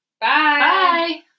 Bye